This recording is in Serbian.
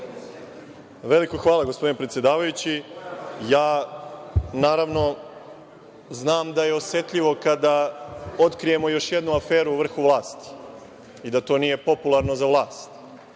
Veliko hvala, gospodine predsedavajući. Naravno, znam da je osetljivo kada otkrijemo još jednu aferu u vrhu vlasti i da to nije popularno za vlast,